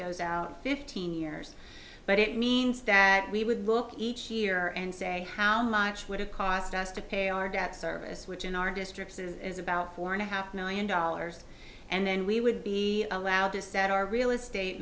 goes out fifteen years but it means that we would look each year and say how much would it cost us to pay our debt service which in our districts is about four and a half million dollars and then we would be allowed to set our real estate